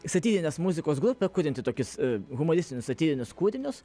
satyrinės muzikos grupė kurianti tokius humanistinius satyrinius kūrinius